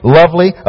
lovely